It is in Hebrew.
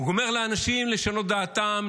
הוא אומר לאנשים לשנות את דעתם,